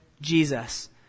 Jesus